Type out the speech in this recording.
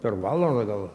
per valandą gal